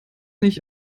nicht